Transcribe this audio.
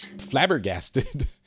flabbergasted